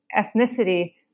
ethnicity